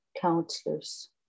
counselors